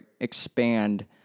expand